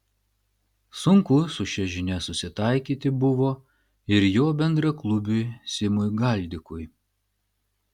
sunku su šia žinia susitaikyti buvo ir jo bendraklubiui simui galdikui